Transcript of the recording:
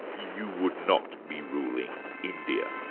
you would not be ruling india.